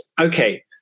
okay